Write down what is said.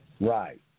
Right